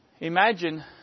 Imagine